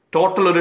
Total